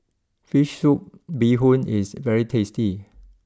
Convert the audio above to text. Fish Soup Bee Hoon is very tasty